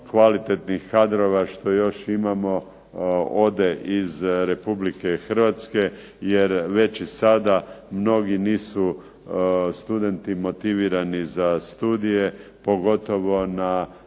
kvalitetnih kadrova što još imamo ode iz Republike Hrvatske jer već i sada mnogi nisu studenti motivirani za studije, pogotovo na